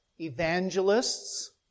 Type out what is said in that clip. evangelists